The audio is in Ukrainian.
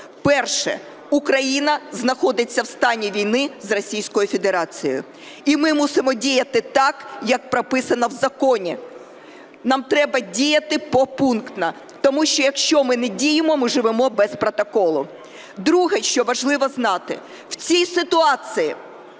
Перше. Україна знаходиться в стані війни з Російською Федерацією. І ми мусимо діяти так, як прописано в законі. Нам треба діяти попунктно, тому що, якщо ми не діємо, ми живемо без протоколу. Друге, що важливо знати. У цій ситуації,